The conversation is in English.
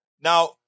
Now